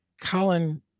Colin